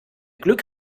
glück